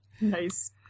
Nice